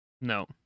No